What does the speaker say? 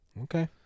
Okay